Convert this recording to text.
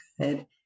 good